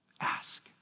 Ask